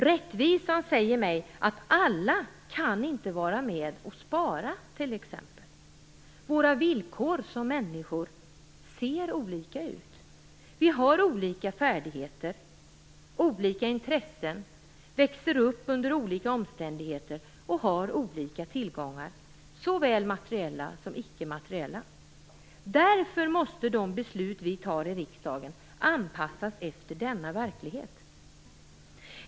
Rättvisan säger mig att alla inte kan vara med och spara t.ex. Våra villkor som människor ser olika ut. Vi har olika färdigheter, olika intressen. Vi växer upp under olika omständigheter och har olika tillgångar - såväl materiella som icke-materiella. De beslut som vi tar i riksdagen måste anpassas efter denna verklighet.